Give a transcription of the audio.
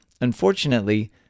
Unfortunately